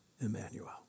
Emmanuel